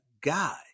guy